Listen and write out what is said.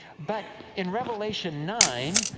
but in revelation nine,